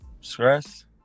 stress